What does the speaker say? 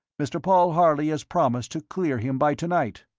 mr. paul harley has promised to clear him by to-night.